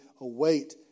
await